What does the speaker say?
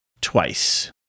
twice